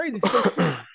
crazy